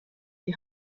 die